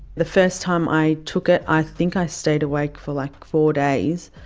the first time i took it, i think i stayed awake for like four days.